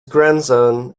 grandson